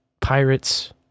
pirates